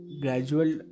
gradual